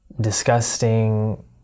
disgusting